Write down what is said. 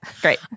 Great